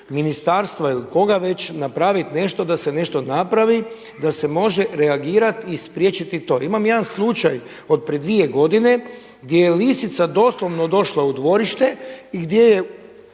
ministarstva ili koga već napravit nešto, da se nešto napravi, da se može reagirati i spriječiti to. Imam jedan slučaj od prije 2 godine gdje je lisica doslovno došla u dvorište i gdje je